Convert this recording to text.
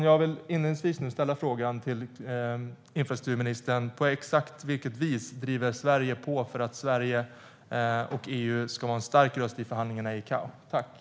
Jag vill inledningsvis fråga infrastrukturministern: På exakt vilket vis driver Sverige på för att Sverige och EU ska vara en stark röst i förhandlingarna i ICAO?